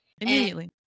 immediately